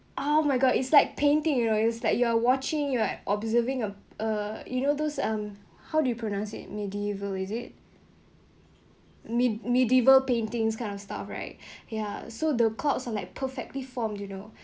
oh my god it's like painting you know is like you are watching you are observing of uh you know those um how do you pronounce it medieval is it me~ medieval paintings kind of stuff right ya so the clouds are like perfectly formed you know